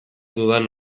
dudan